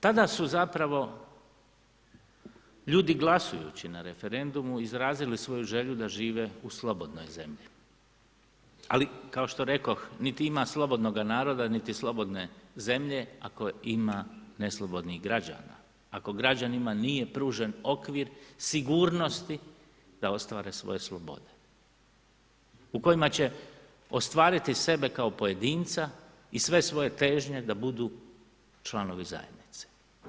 Tada su zapravo ljudi glasujući na referendumu izrazili svoju želju da žive u slobodnoj zemlji, ali kao što rekoh, niti ima slobodnoga naroda, niti slobodne zemlje ako ima neslobodnih građana, ako građanima nije pružen okvir sigurnosti da ostvare svoje slobode u kojima će ostvariti sebe kao pojedinca i sve svoje težnje da budu članovi zajednice.